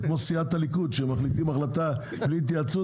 זה כמו בסיעת הליכוד שמחליטים החלטה בלי התייעצות